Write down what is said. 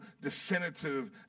definitive